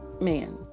man